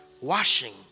washing